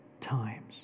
times